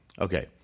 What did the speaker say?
okay